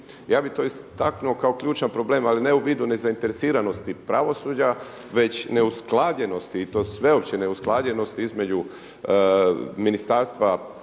Ja bih to istaknuo kao ključan problem, ali ne u vidu nezainteresiranosti pravosuđa već neusklađenosti i to sveopće neusklađenosti između Ministarstva pravosuđa,